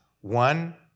One